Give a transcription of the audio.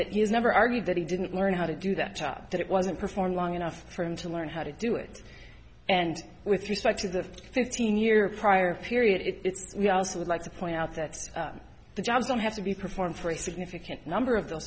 has never argued that he didn't learn how to do that job that it wasn't performed long enough for him to learn how to do it and with respect to the fifteen year prior period it's we also would like to point out that the jobs don't have to be performed for a significant number of th